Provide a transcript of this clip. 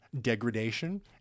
degradation